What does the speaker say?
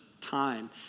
time